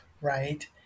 right